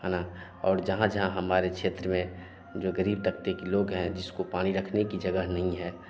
है ना और जहाँ जहाँ हमारे क्षेत्र में जो ग़रीब तबके के लोग हैं जिसको पानी रखने की जगह नहीं है